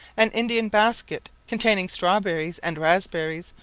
an indian basket, containing strawberries and raspberries,